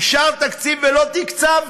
אישרת תקציב ולא תקצבת,